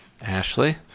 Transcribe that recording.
ashley